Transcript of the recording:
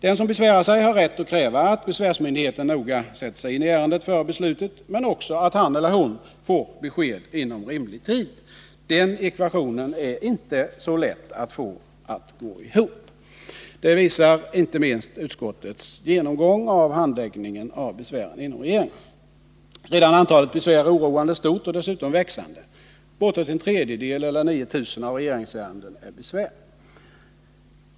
Den som besvärar sig har rätt att kräva att besvärsmyndigheten noga sätter sig in i ärendet före beslutet men också att han eller hon får besked inom rimlig tid. Den ekvationen är inte så lätt att få att gå ihop. Det visar inte minst utskottets genomgång av handläggningen av besvären inom regeringen. Redan antalet besvär är oroande stort och dessutom växande. Bortåt en tredjedel eller 9 000 av regeringsärendena är besvär.